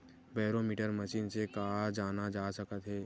Barometer machine से का जाना जा सकत हे?